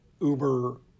Uber